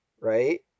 Right